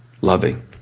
loving